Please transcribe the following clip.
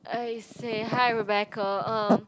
I say hi Rebecca uh